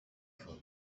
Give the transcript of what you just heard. for